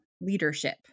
Leadership